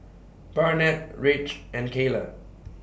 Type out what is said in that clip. Barnett Ridge and Kayla